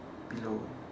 below